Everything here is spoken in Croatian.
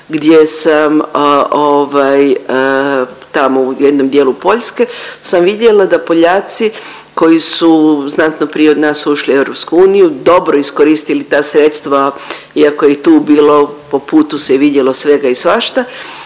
gdje sam ovaj, tamo u jednom dijelu Poljske sam vidjela da Poljaci koji su znatno prije od nas ušli u EU dobro iskoristili ta sredstva iako je i tu bilo po putu se vidjelo svega i svašta